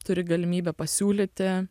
turi galimybę pasiūlyti